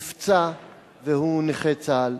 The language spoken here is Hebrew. נפצע והוא נכה צה"ל,